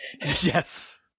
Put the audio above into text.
yes